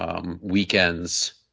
weekends